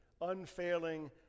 unfailing